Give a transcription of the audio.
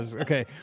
Okay